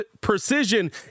precision